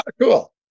Cool